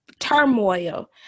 turmoil